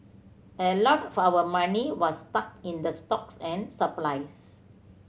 a lot of our money was stuck in the stocks and supplies